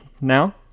now